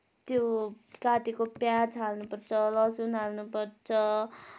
त्यो काटेको पियाज हाल्नुपर्छ लहसुन हाल्नुपर्छ